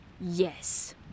yes